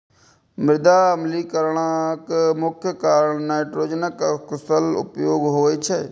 मृदा अम्लीकरणक मुख्य कारण नाइट्रोजनक अकुशल उपयोग होइ छै